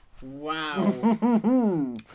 wow